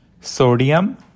sodium